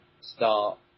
start